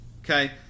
Okay